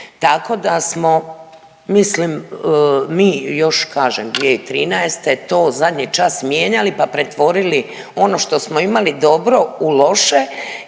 tako da smo, mislim, mi još, kažem, 2013. to zadnje čas mijenjali pa pretvorili ono što smo imali dobro u loše